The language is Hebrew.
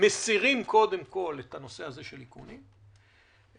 מסירים את הנושא של האיכונים קודם כול,